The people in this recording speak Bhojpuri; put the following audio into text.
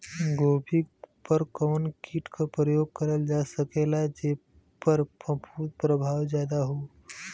गोभी पर कवन कीट क प्रयोग करल जा सकेला जेपर फूंफद प्रभाव ज्यादा हो?